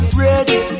ready